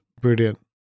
brilliant